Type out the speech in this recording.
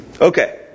Okay